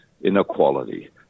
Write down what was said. inequality